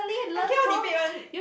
I cannot debate one